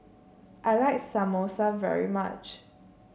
I like Samosa very much